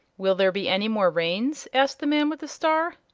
will there be any more rains? asked the man with the star.